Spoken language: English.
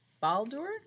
Baldur